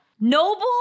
Noble